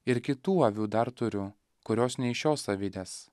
ir kitų avių dar turiu kurios ne iš šios avidės